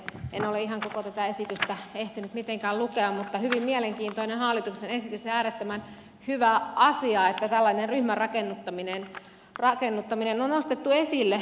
en ole ihan koko tätä esitystä ehtinyt mitenkään lukea mutta hyvin mielenkiintoinen hallituksen esitys ja äärettömän hyvä asia että tällainen ryhmärakennuttaminen on nostettu esille